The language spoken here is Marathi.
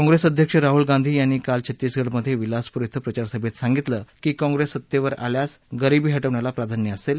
काँप्रेस अध्यक्ष राहुल गांधी यांनी काल छत्तीसगढमधे विलासपूर इथं प्रचारसभेत सांगितलं की काँप्रेस सत्तेवर आल्यास गरीबी हटवण्याला प्राधान्य असेल